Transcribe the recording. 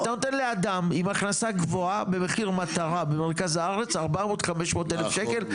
אתה נותן לאדם עם הכנסה גבוהה במחיר מטרה במרכז הארץ 400-500 אלף שקלים.